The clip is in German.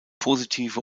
positive